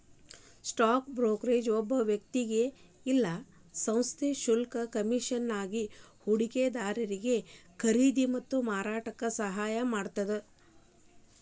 stock brokerage ಒಬ್ಬ ವ್ಯಕ್ತಿ ಇಲ್ಲಾ ಸಂಸ್ಥೆ ಶುಲ್ಕ ಕಮಿಷನ್ಗಾಗಿ ಹೂಡಿಕೆದಾರಿಗಿ ಖರೇದಿ ಮತ್ತ ಮಾರಾಟಕ್ಕ ಸಹಾಯ ಮಾಡತ್ತ